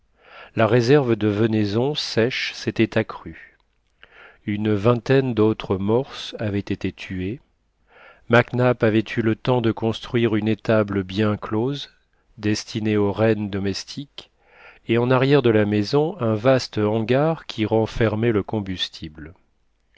la réserve de venaison sèche s'était accrue une vingtaine d'autres morses avaient été tués mac nap avait eu le temps de construire une étable bien close destinée aux rennes domestiques et en arrière de la maison un vaste hangar qui renfermait le combustible